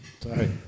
Sorry